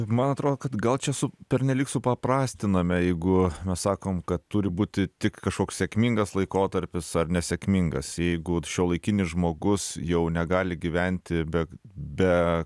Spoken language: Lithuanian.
man atrodo kad gal čia su pernelyg supaprastiname jeigu mes sakom kad turi būti tik kažkoks sėkmingas laikotarpis ar nesėkmingas jeigu šiuolaikinis žmogus jau negali gyventi be be